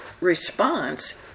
response